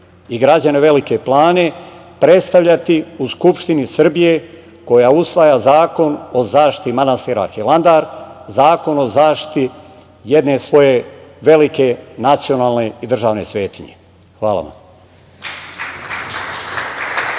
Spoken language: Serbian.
i građane Velike Plane predstavljati u Skupštini Srbije koja usvaja Zakon o zaštiti manastira Hilandar, zakon o zaštiti jedne svoje velike nacionalne i državne svetinje. Hvala vam.